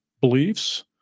beliefs